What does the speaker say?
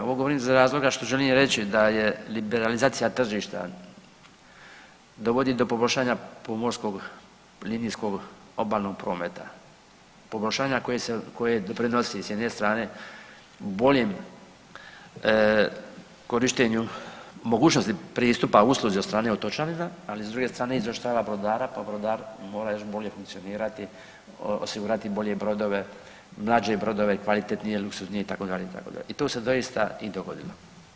Ovo govorim iz razloga što želim reći da je, liberalizacija tržišta dovodi do poboljšanja pomorskog linijskog obalnog prometa, poboljšanja koje doprinosi s jedne strane boljem korištenju, mogućnosti pristupa usluzi od strane otočanina, ali s druge strane izoštrava brodara, pa brodar mora još bolje funkcionirati, osigurati bolje brodove, mlađe brodove, kvalitetnije i luksuznije itd., itd. i to se doista i dogodilo.